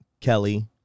Kelly